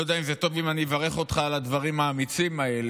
אני לא יודע אם זה טוב אם אני אברך אותך על הדברים האמיצים האלה.